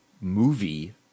movie